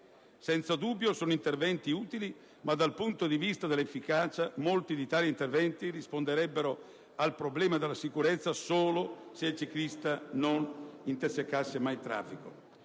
Senza dubbio sono interventi utili, ma, dal punto di vista dell'efficacia, molti di tali interventi risponderebbero al problema della sicurezza solo se il ciclista non intersecasse mai il traffico